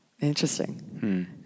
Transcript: interesting